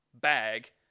bag